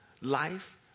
life